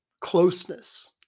closeness